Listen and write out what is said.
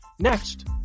Next